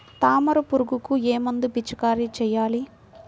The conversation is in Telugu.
తామర పురుగుకు ఏ మందు పిచికారీ చేయాలి?